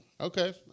Okay